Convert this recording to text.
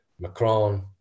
macron